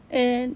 and